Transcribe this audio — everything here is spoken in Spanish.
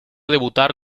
debutar